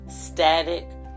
static